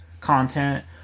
content